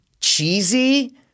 cheesy